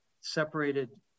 separated